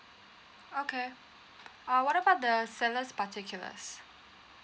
okay uh what about the sellers particulars